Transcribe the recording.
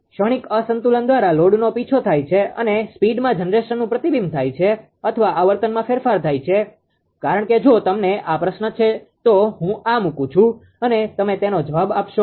ક્ષણિક અસંતુલન દ્વારા લોડનો પીછો થાય છે અને સ્પીડમાં જનરેશનનુ પ્રતિબિંબ થાય છે અથવા આવર્તનમાં ફેરફાર થાય છે કારણ કે જો તમને આ પ્રશ્ન છે તો હું આ મુકું છું અને તમે તેનો જવાબ આપશો